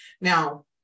Now